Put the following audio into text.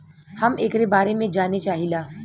हम एकरे बारे मे जाने चाहीला?